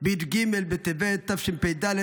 ביום י"ג בטבת תשפ"ד,